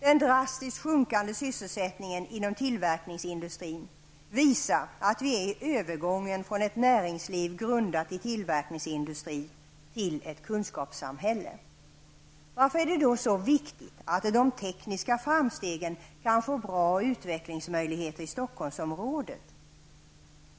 Den drastiskt sjunkande sysselsättningen inom tillverkningsindustrin visar att vi är i övergången från ett näringsliv grundat i tillverkningsindustri till ett kunskapssamhälle. Varför är det då så viktigt att de tekniska framstegen kan få bra utvecklingsmöjligheter i Stockholmsområdet?